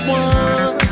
one